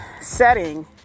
setting